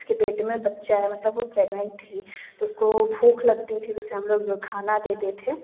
उसके पेट में बच्चा है मतलब वह प्रेग्नेंट थी तो उसको भूख लगती थी उसे हम लोग खाना देते थे